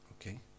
Okay